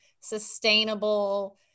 sustainable